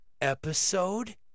episode